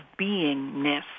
beingness